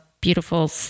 beautiful